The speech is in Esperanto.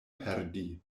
perdi